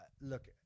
look